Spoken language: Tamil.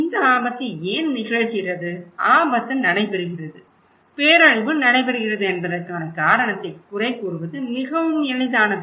இந்த ஆபத்து ஏன் நிகழ்கிறது ஆபத்து நடைபெறுகிறது பேரழிவு நடைபெறுகிறது என்பதற்கான காரணத்தை குறை கூறுவது மிகவும் எளிதானது